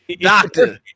doctor